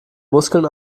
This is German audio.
muskeln